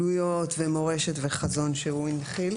פעילויות ומורשת וחזון שהוא הנחיל.